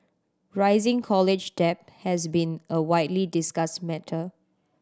rising college debt has been a widely discussed matter